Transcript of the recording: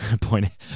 point